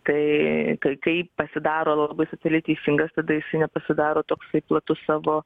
tai kai kai pasidaro labai socialiai teisingas tada jisai nepasidaro toksai platus savo